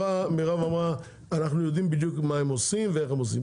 מירב אמרה: אנחנו יודעים בדיוק מה הם עושים ואיך הם עושים.